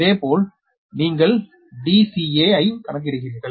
இதேபோல் நீங்கள் dca ஐ கணக்கிடுகிறீர்கள்